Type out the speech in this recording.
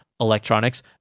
electronics